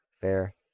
fair